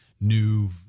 new